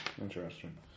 Interesting